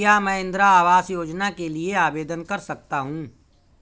क्या मैं इंदिरा आवास योजना के लिए आवेदन कर सकता हूँ?